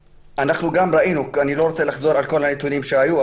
אני לא רוצה לחזור על כל הנתונים שהיו,